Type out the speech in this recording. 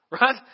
right